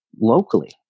locally